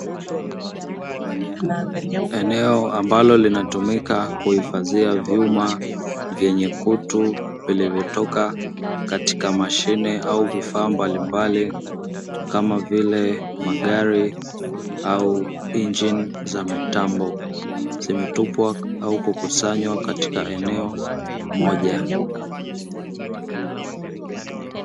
Eneo amabalo linatumika kuifazia vyuma vyenye kutu vilivyotoka katika mashine au vifaa mbalimbali kama vile magari au injini za mitambo zimetupwa au kukusanywa katika eneo moja.